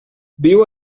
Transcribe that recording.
viu